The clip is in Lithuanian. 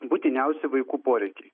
būtiniausi vaikų poreikiai